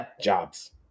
jobs